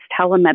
telemedicine